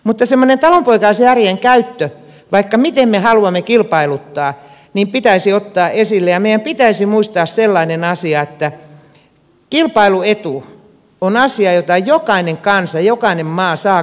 mutta semmoinen talonpoikaisjärjen käyttö vaikka miten me haluamme kilpailuttaa pitäisi ottaa esille ja meidän pitäisi muistaa sellainen asia että kilpailuetu on asia jota jokainen kansa jokainen maa saa kansallisesti käyttää